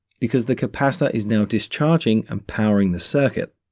because the capacitor is now discharging and powering the circuit.